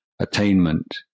attainment